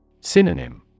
Synonym